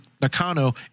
Nakano